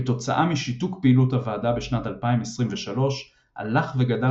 כתוצאה משיתוק פעילות הוועדה בשנת 2023 הלך וגדל